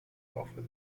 laufe